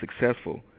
successful